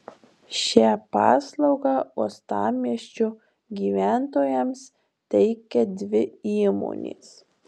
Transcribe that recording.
šią paslaugą uostamiesčio gyventojams teikia dvi įmonės